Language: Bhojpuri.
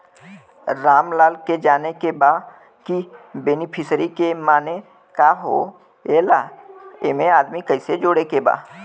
रामलाल के जाने के बा की बेनिफिसरी के माने का का होए ला एमे आदमी कैसे जोड़े के बा?